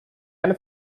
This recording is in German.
eine